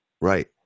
Right